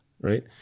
right